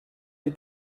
die